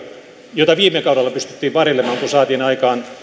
joita viime kaudella pystyttiin varjelemaan kun saatiin aikaan